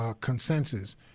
consensus